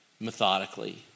methodically